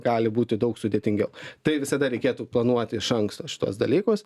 gali būti daug sudėtingiau tai visada reikėtų planuoti iš anksto šituos dalykus